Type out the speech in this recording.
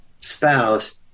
spouse